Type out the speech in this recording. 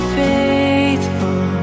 faithful